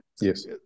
yes